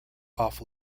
off